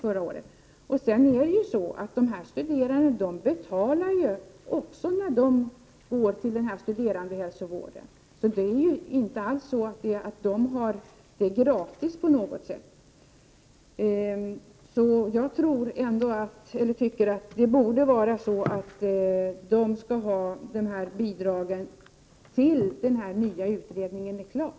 Dessutom betalar de studerande när de går till studerandehälsovården. De har inte alls tillgång till denna hälsovård gratis. Jag tycker att de borde ha detta bidrag tills den nya utredningen är klar.